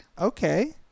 Okay